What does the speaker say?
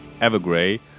Evergrey